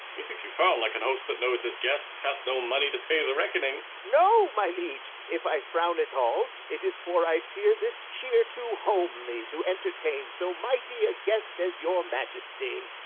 methinks you frown like an host that knows his guest hath no money to pay the reckoning? no, my liege if i frown at all, it is for i fear this cheer too homely to entertain so mighty a guest as your majesty.